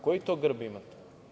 Koji to grb imate?